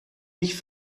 mich